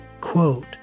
quote